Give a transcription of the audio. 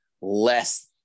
less